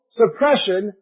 suppression